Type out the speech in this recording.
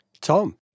Tom